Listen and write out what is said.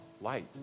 light